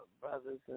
brothers